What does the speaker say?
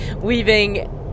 weaving